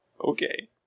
Okay